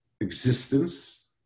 existence